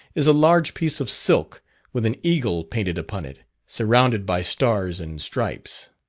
is a large piece of silk with an eagle painted upon it, surrounded by stars and stripes.